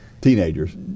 Teenagers